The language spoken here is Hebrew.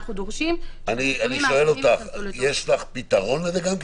אני שואל אותך: יש לך פתרון לזה גם כן,